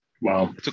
Wow